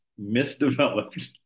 misdeveloped